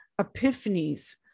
epiphanies